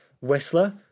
Whistler